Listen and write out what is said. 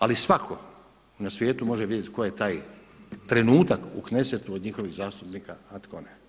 Ali svatko na svijetu može vidjeti tko je taj trenutak u Knessetu od njihovih zastupnika a tko ne.